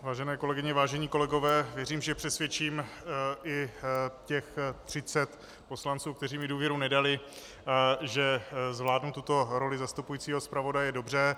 Vážené kolegyně, vážení kolegové, věřím, že přesvědčím i těch třicet poslanců, kteří mi důvěru nedali, že zvládnu tuto roli zastupujícího zpravodaje dobře.